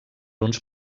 uns